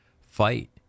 fight